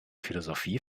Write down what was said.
philosophie